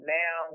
now